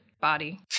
body